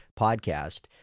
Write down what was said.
podcast